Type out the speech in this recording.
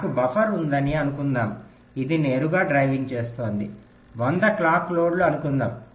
నాకు బఫర్ ఉందని అనుకుందాం ఇది నేరుగా డ్రైవింగ్ చేస్తోంది 100 క్లాక్ లోడ్లు అనుకుందాము